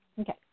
okay